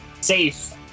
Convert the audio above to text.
Safe